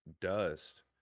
dust